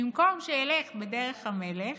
במקום שילך בדרך המלך,